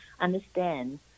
understand